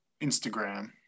Instagram